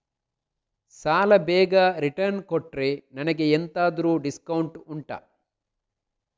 ಸಾಲ ಬೇಗ ರಿಟರ್ನ್ ಕೊಟ್ರೆ ನನಗೆ ಎಂತಾದ್ರೂ ಡಿಸ್ಕೌಂಟ್ ಉಂಟಾ